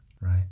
right